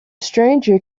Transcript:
stranger